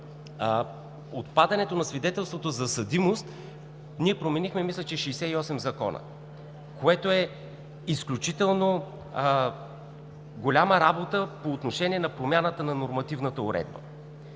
отпадането на свидетелството за съдимост ние променихме – мисля, че са 68 закона, което е изключително голяма работа по отношение на промяната на нормативната уредба.